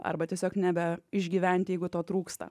arba tiesiog nebeišgyventi jeigu to trūksta